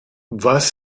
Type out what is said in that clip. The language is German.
was